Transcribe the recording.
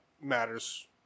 matters